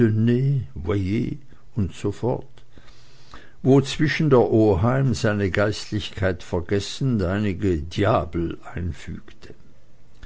usf wozwischen der oheim seine geistlichkeit vergessend einige diables einfügte